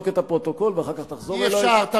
בכל הישיבות השתתפתי.